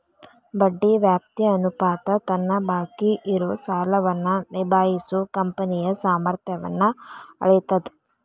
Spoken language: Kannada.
ಬಡ್ಡಿ ವ್ಯಾಪ್ತಿ ಅನುಪಾತ ತನ್ನ ಬಾಕಿ ಇರೋ ಸಾಲವನ್ನ ನಿಭಾಯಿಸೋ ಕಂಪನಿಯ ಸಾಮರ್ಥ್ಯನ್ನ ಅಳೇತದ್